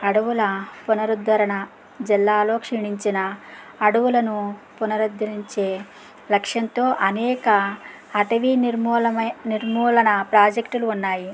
అడవుల పునరుద్దరణ అడవులో క్షున్నించిన అడవులను పునరుద్దరించే లక్ష్యంతో అనేక అటవీ నిర్మూల నిర్మూలన ప్రాజెక్ట్లు ఉన్నాయి